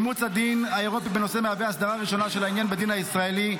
אימוץ הדין האירופאי בנושא מהווה הסדרה ראשונה של העניין בדין הישראלי.